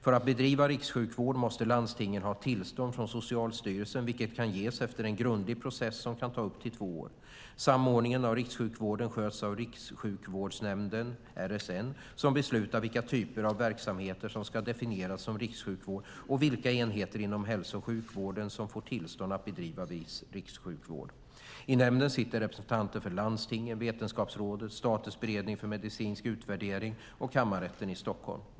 För att bedriva rikssjukvård måste landstinget ha tillstånd från Socialstyrelsen, vilket kan ges efter en grundlig process som kan ta upp till två år. Samordningen av rikssjukvården sköts av Rikssjukvårdsnämnden, RSN, som beslutar vilka typer av verksamheter som ska definieras som rikssjukvård och vilka enheter inom hälso och sjukvården som får tillstånd att bedriva viss rikssjukvård. I nämnden sitter representanter för landstingen, Vetenskapsrådet, Statens beredning för medicinsk utvärdering och Kammarrätten i Stockholm.